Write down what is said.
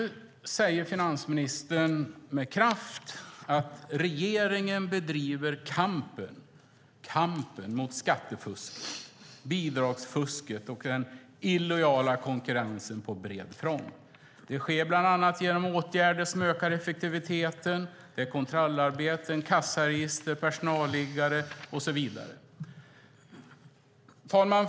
Nu säger finansministern med kraft att regeringen bedriver kampen mot skattefusket, bidragsfusket och den illojala konkurrensen på bred front. Det sker bland annat genom åtgärder som ökar effektiviteten. Det är kontrollarbete, kassaregister, personalliggare och så vidare. Fru talman!